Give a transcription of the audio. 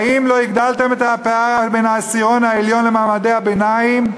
האם לא הגדלתם את הפער בין העשירון העליון למעמד הביניים?